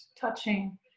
touching